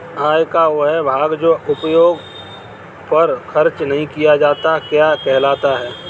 आय का वह भाग जो उपभोग पर खर्च नही किया जाता क्या कहलाता है?